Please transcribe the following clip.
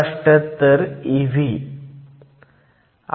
78 eV मिळेल